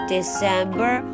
December